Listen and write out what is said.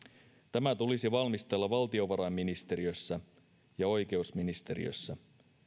tämä tulisi valmistella valtiovarainministeriössä ja oikeusministeriössä